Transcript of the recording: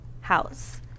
house